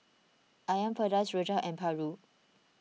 Asam Pedas Rojak and Paru